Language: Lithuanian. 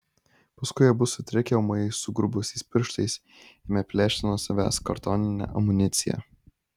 paskui abu sutrikę ūmai sugrubusiais pirštais ėmė plėšti nuo savęs kartoninę amuniciją